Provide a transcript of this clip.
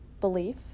belief